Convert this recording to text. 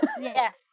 Yes